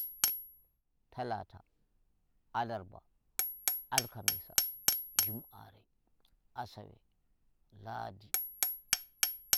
Talata, alarba, alkamisa, jum'are, asawe, laadi.